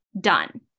Done